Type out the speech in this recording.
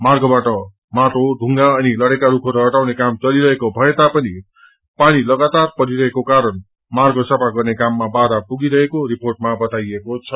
मार्गबाट माटो ढ्रंगा अनि लड़ेका रूखहरू हटाउने काम चलिरहेको भएता पनि पानी लगातार परिरहेको कारण मार्ग साफ गर्ने काममा बाधा पगिरहेको रिर्पोटमा बताइएको छ